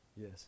Yes